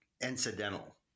incidental